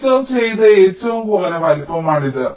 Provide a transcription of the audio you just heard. feature ചെയ്ത ഏറ്റവും കുറഞ്ഞ വലുപ്പമാണിത്